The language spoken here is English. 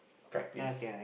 practice